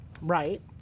Right